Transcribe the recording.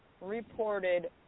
reported